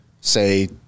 Say